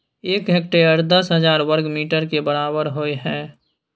एक हेक्टेयर दस हजार वर्ग मीटर के बराबर होय हय